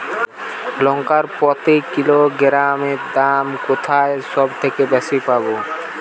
লঙ্কা প্রতি কিলোগ্রামে দাম কোথায় সব থেকে বেশি পাব?